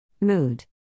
mood